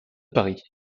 paris